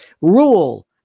rule